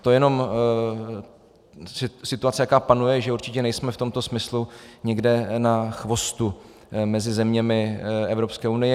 To jenom situace, jaká panuje, že určitě nejsme v tomto smyslu někde na chvostu mezi zeměmi Evropské unie.